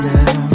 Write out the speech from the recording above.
Now